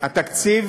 התקציב